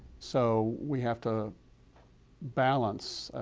so we have to balance